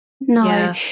No